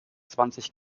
zwanzig